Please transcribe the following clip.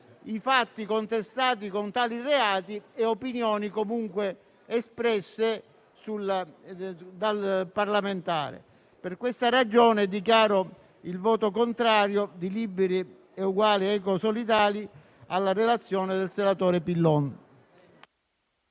i fatti contestati con tali reati e le opinioni comunque espresse dal parlamentare? Per questa ragione, dichiaro il voto contrario di Liberi e Uguali-Ecosolidali alla relazione del senatore Pillon.